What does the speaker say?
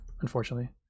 unfortunately